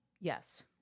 yes